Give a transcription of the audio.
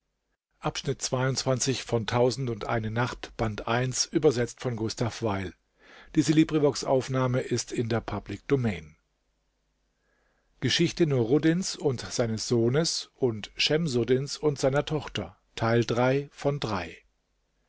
geschichte nuruddins und seines sohnes und schemsuddins und seiner tochter